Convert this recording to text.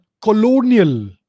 colonial